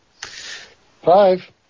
Five